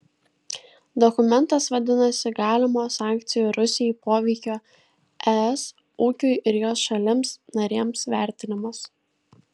dokumentas vadinasi galimo sankcijų rusijai poveikio es ūkiui ir jos šalims narėms vertinimas